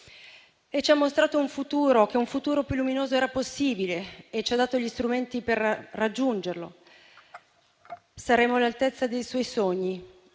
Ci ha mostrato che un futuro più luminoso era possibile e ci ha dato gli strumenti per raggiungerlo. Saremo all'altezza dei suoi sogni,